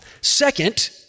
Second